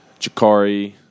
Jakari